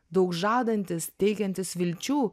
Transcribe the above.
daug žadantis teikiantis vilčių